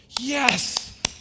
yes